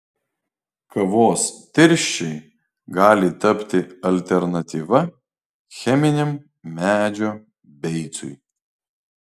kavos tirščiai gali tapti alternatyva cheminiam medžio beicui